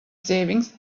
savings